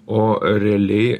o realiai